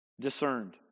discerned